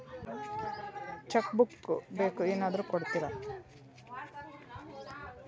ನಂಗ cheque book ಬೇಕು ಕೊಡ್ತಿರೇನ್ರಿ?